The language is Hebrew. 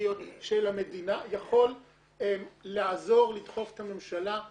אסטרטגיות של המדינה יכול לעזור לדחוף את הממשלה,